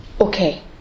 Okay